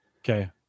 Okay